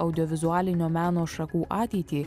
audiovizualinio meno šakų ateitį